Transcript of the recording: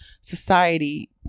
society